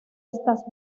estas